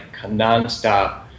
nonstop